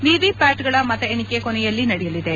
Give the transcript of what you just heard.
ವಿವಿಪ್ಲಾಟ್ ಗಳ ಮತ ಎಣಿಕೆ ಕೊನೆಯಲ್ಲಿ ನಡೆಯಲಿದೆ